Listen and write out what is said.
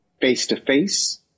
face-to-face